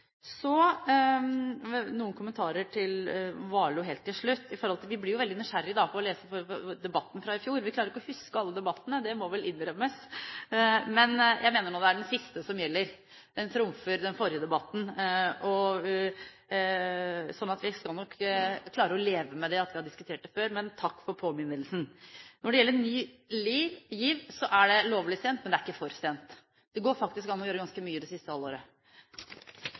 noen kommentarer til Warloe helt til slutt. Vi blir jo veldig nysgjerrige på å lese debatten fra i fjor. Vi klarer ikke å huske alle debattene, det må vel innrømmes. Men jeg mener nå det er den siste som gjelder, den trumfer den forrige debatten. Så vi skal nok klare å leve med at vi har diskutert dette før. Men takk for påminnelsen! Når det gjelder Ny GIV, er det lovlig sent, men det er ikke for sent. Det går faktisk an å gjøre ganske mye det siste